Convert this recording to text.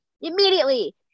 immediately